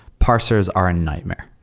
parsers are a nightmare.